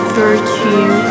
virtue